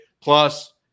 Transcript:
Plus